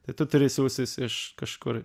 tai tu turi siųstis iš kažkur